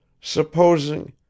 supposing